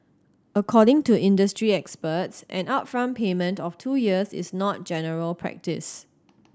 according to industry experts an upfront payment of two years is not general practice